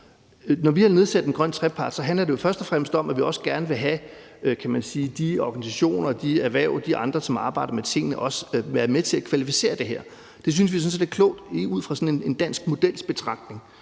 Når vi har igangsat en grøn trepartsforhandling, handler det jo først og fremmest om, at vi også gerne vil have, at de organisationer, de erhverv og de andre, som arbejder med tingene, er med til at kvalificere det her. Det synes vi sådan set er klogt ud fra sådan en dansk models betragtning.